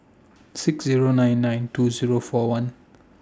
six Zero nine nine two Zero four one